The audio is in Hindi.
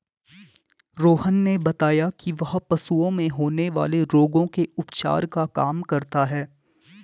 रोहन ने बताया कि वह पशुओं में होने वाले रोगों के उपचार का काम करता है